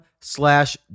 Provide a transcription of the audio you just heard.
slash